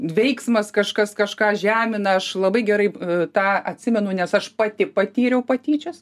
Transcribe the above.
veiksmas kažkas kažką žemina aš labai gerai tą atsimenu nes aš pati patyriau patyčias